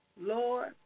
Lord